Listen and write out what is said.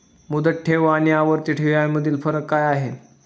मुदत ठेव आणि आवर्ती ठेव यामधील फरक काय आहे?